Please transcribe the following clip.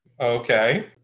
Okay